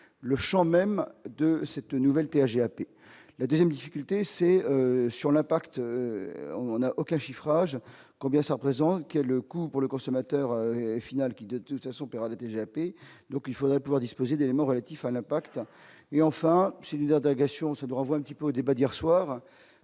le Champ même de cette nouvelle TAG appelé la 2ème difficulté c'est sur l'impact on a auquel chiffrage combien ça représente, qui est le coût pour le consommateur final qui, de toute façon TGAP, donc il faudrait pouvoir disposer d'éléments relatifs à l'impact et enfin celui d'agression, ça nous renvoie une petit peu au débat d'hier soir